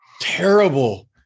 terrible